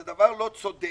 זה דבר לא צודק.